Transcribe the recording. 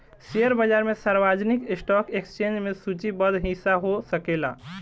share बाजार में सार्वजनिक स्टॉक एक्सचेंज में सूचीबद्ध हिस्सा हो सकेला